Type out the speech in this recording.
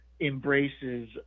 embraces